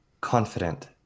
confident